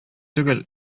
түгел